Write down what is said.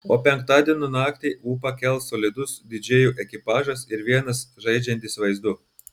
o penktadienio naktį ūpą kels solidus didžėjų ekipažas ir vienas žaidžiantis vaizdu